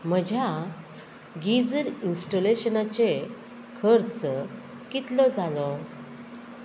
म्हज्या गिजर इन्स्टॉलेशनाचे खर्च कितलो जालो